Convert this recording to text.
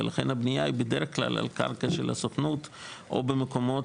ולכן הבנייה היא בדרך כלל על קרקע שחל הסוכנות או במקומות